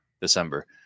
December